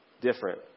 different